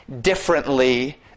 differently